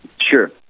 Sure